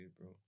bro